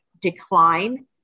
decline